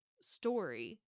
story